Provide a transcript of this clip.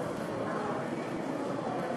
בהתאם לסעיף